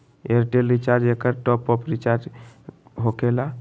Airtel recharge एकर top off recharge होकेला?